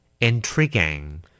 Intriguing